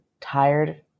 tired